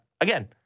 again